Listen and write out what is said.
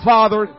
Father